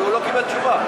הוא לא קיבל תשובה.